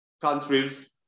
countries